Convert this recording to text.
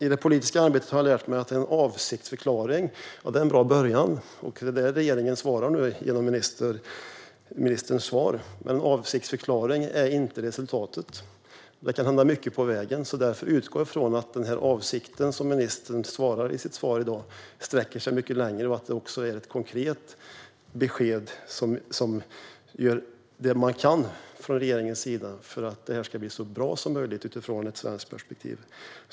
I det politiska arbetet har jag lärt mig att en avsiktsförklaring är en bra början. Och som regeringen säger genom ministerns svar är en avsiktsförklaring inte resultatet. Det kan hända mycket på vägen. Därför utgår jag från att den avsikt som ministern redogör för i sitt svar i dag sträcker sig mycket längre och att det är ett konkret besked om att regeringen gör vad man kan för att det här ska bli så bra som möjligt utifrån ett svenskt perspektiv.